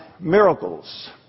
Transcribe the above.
miracles